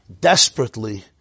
desperately